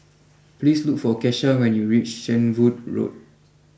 please look for Kesha when you reach Shenvood Road